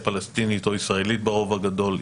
פלסטינית או ישראלית ברוב הגדול.